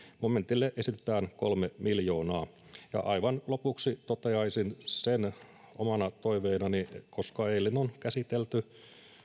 momentille esitetään kolme miljoonaa aivan lopuksi toteaisin omana toiveenani että koska eilen on käsitelty